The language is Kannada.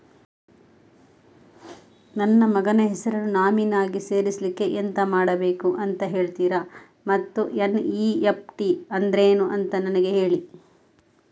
ನನ್ನ ಮಗನ ಹೆಸರನ್ನು ನಾಮಿನಿ ಆಗಿ ಸೇರಿಸ್ಲಿಕ್ಕೆ ಎಂತ ಮಾಡಬೇಕು ಅಂತ ಹೇಳ್ತೀರಾ ಮತ್ತು ಎನ್.ಇ.ಎಫ್.ಟಿ ಅಂದ್ರೇನು ಅಂತ ನನಗೆ ಹೇಳಿ